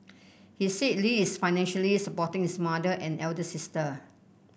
he said Lee is financially supporting his mother and elder sister